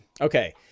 Okay